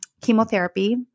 chemotherapy